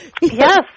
Yes